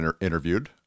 interviewed